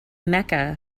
mecca